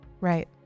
Right